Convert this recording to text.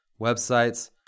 websites